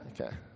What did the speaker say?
Okay